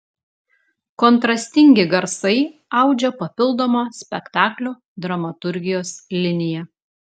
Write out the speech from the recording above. kontrastingi garsai audžia papildomą spektaklio dramaturgijos liniją